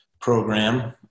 program